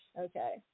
Okay